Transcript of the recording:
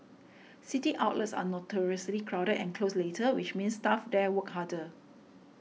city outlets are notoriously crowded and close later which means staff there work harder